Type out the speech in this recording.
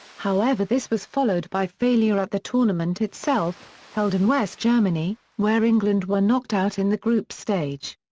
however this was followed by failure at the tournament itself, held in west germany, where england were knocked out in the group stage.